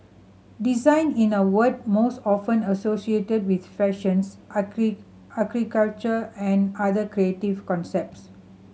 design in a word most often associated with fashions architecture and other creative concepts